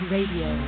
Radio